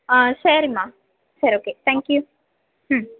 ஆ சரிம்மா sir okay thank you ம்